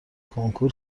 کنکور